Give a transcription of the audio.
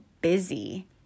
busy